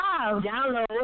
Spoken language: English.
Download